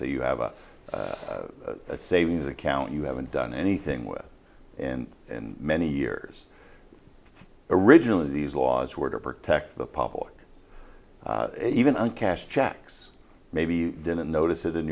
say you have a savings account you haven't done anything with and in many years originally these laws were to protect the public even on cash checks maybe you didn't notice it in